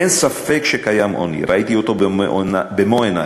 אין ספק שקיים עוני, וראיתי אותו במו עיני.